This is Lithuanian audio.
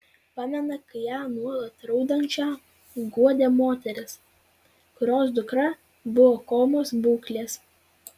pamena kai ją nuolat raudančią guodė moteris kurios dukra buvo komos būklės